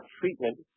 treatment